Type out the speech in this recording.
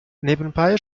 nebenbei